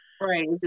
Right